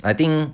I think